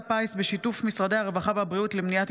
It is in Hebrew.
בנושא: עיכוב פיצויים לנפגעי הנובה ובני משפחותיהם על ידי ביטוח לאומי,